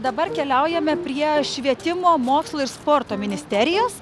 dabar keliaujame prie švietimo mokslo ir sporto ministerijos